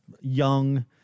young